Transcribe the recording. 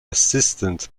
assistant